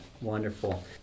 Wonderful